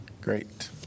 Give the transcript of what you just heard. Great